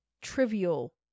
trivial